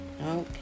Okay